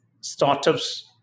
startups